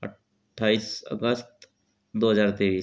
अट्ठाईस अगस्त दो हजार तेईस